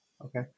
okay